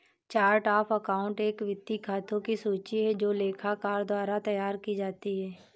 chart of account एक वित्तीय खातों की सूची है जो लेखाकार द्वारा तैयार की जाती है